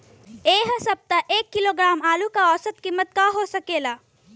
एह सप्ताह एक किलोग्राम आलू क औसत कीमत का हो सकेला?